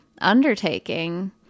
undertaking